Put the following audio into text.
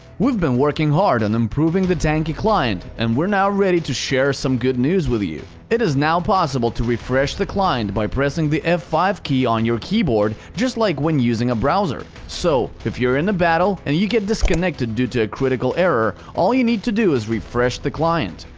we've been working hard on and improving the tanki client, and we're now ready to share some good news with you. it is now possible to refresh the client by pressing the f five key on your keyboard, just like when using a browser. so, if you're in a battle and you get disconnected due to a critical error, all you need to do is refresh the client.